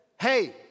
hey